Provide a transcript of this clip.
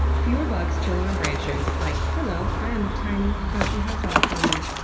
fewer bugs chilling on branches, like, hello, i am a tiny, crunchy hotdog for you.